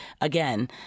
again